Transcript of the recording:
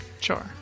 Sure